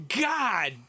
god